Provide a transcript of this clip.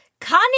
Kanye